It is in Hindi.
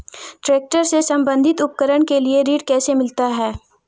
ट्रैक्टर से संबंधित उपकरण के लिए ऋण कैसे मिलता है?